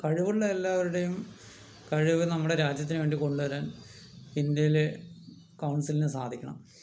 കഴിവുള്ള എല്ലാവരുടെയും കഴിവ് നമ്മുടെ രാജ്യത്തിന് വേണ്ടി കൊണ്ടുവരാൻ ഇന്ത്യയിലെ കൗൺസിലിനു സാധിക്കണം